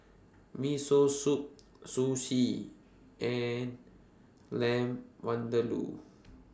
Miso Soup Sushi and Lamb Vindaloo